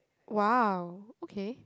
!wow! okay